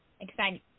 exciting